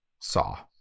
saw